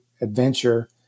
adventure